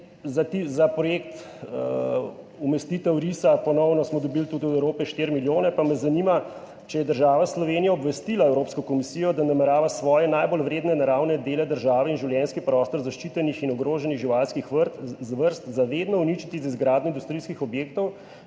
Za projekt umestitve risa, ponovno, smo dobili tudi od Evrope 4 milijone. Zato me zanima: Ali je država Slovenija obvestila Evropsko komisijo, da namerava svoje najbolj vredne naravne dele države in življenjski prostor zaščitenih in ogroženih živalskih vrst za vedno uničiti z izgradnjo industrijskih objektov?